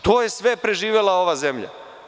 To je sve preživela ova zemlja.